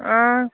आं